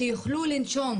שיוכלו לנשום.